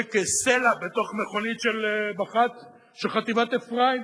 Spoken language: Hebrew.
זורק סלע לתוך מכונית של מח"ט של חטיבת אפרים.